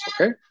okay